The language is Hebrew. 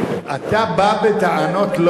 אתה בא בטענות?